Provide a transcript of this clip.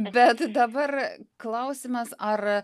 bet dabar klausimas ar